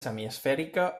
semiesfèrica